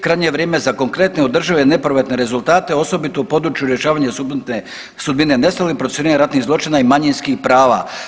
Krajnje je vrijeme za konkretne, održive, nepovratne rezultate osobito u području rješavanja sudbine nestalih, procesuiranje ratnih zločina i manjinskih prava.